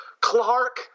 Clark